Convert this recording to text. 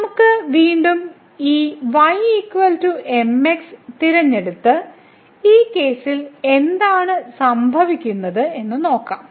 നമുക്ക് വീണ്ടും ഈ y mx തിരഞ്ഞെടുത്ത് ഈ കേസിൽ എന്താണ് സംഭവിക്കുന്നതെന്ന് നോക്കാം